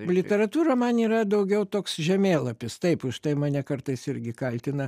literatūra man yra daugiau toks žemėlapis taip už tai mane kartais irgi kaltina